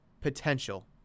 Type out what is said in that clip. potential